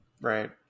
Right